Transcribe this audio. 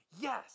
Yes